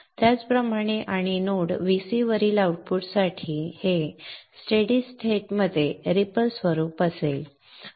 त्याचप्रमाणे आणि node Vc वरील आऊटपुटसाठी हे स्थिर स्थिती रिपल स्वरूप असेल